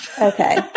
Okay